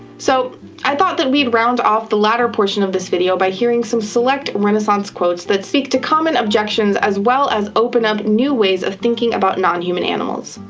so i thought we'd round off the latter portion of this video by hearing some select renaissance quotes that speak to common objections as well as open up new ways of thinking about non-human animals.